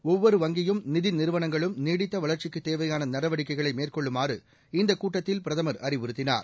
ஒவ்வொரு வங்கியும் நிதி நிறுவனங்களும் நீடித்த வளர்ச்சிக்குத் தேவையான நடவடிக்கைகளை மேற்கொள்ளுமாறு இந்தக் கூட்டத்தில் பிரதமர் அறிவுறுத்தினார்